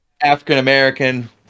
African-American